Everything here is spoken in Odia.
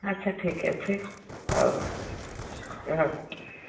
ଆଚ୍ଛା ଠିକ୍ ଅଛି ହଉ ରହୁଛି